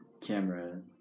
camera